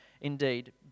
indeed